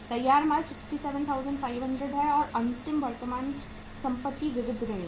तैयार माल 67500 हैं और अंतिम वर्तमान संपत्ति विविध ऋणी हैं